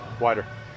Wider